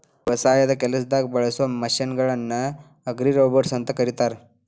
ವ್ಯವಸಾಯದ ಕೆಲಸದಾಗ ಬಳಸೋ ಮಷೇನ್ ಗಳನ್ನ ಅಗ್ರಿರೋಬೊಟ್ಸ್ ಅಂತ ಕರೇತಾರ